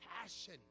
passion